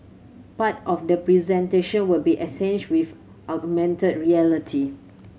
part of the presentation will be with augmented reality